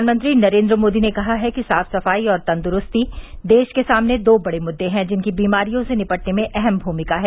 प्रधानमंत्री नरेन्द्र मोदी ने कहा है कि साफ सफाई और तंदरूस्ती देश के सामने दो बड़े मुद्रे हैं जिनकी बीमारियों से निपटने में अहम भूमिका है